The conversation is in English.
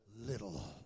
little